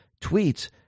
tweets